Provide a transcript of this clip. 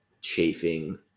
chafing